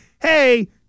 hey